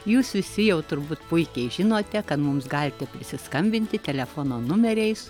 jūs visi jau turbūt puikiai žinote kad mums galite prisiskambinti telefono numeriais